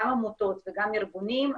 גם עמותות וגם ארגונים,